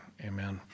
amen